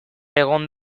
egon